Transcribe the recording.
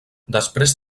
després